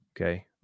okay